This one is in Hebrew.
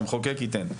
שהמחוקק ייתן,